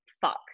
fuck